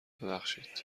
ببخشید